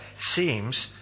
seems